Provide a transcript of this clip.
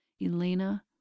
Elena